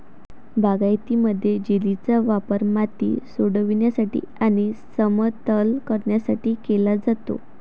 बागायतीमध्ये, जेलीचा वापर माती सोडविण्यासाठी आणि समतल करण्यासाठी केला जातो